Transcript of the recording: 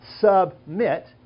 submit